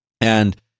And-